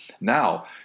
Now